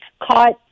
caught